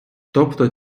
тобто